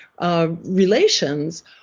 relations